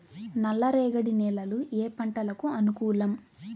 నల్లరేగడి నేలలు ఏ పంటలకు అనుకూలం?